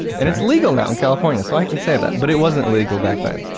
and it's legal now in california, so i can say that, but it wasn't legal back then.